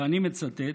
ואני מצטט,